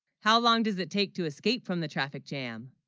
how, long, does it take to escape from the traffic. jam